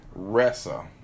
Ressa